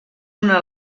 una